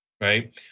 Right